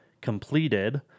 completed